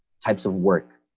types of work.